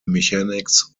mechanics